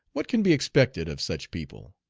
what can be expected of such people?